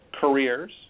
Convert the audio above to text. careers